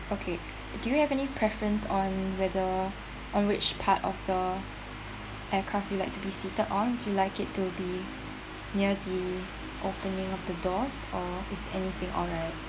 okay do you have any preference on whether on with part of the aircraft you like to be seated on do you like it to be near the opening of the doors or is anything alright